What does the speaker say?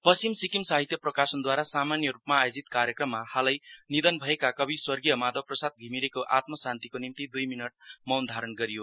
पश्चिम सिक्किम साहित्य प्रकाशनद्वारा सामान्य रूपमा आयोजित कार्यक्रमम हालै निधन भएका कवि स्वगीर्य माधवप्रसाद धिमिरेको आत्मा शान्तिको निम्ति दुई मिनट मौन धारण गरियो